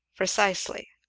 precisely!